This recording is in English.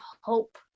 hope